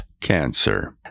cancer